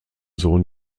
sohn